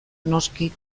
noski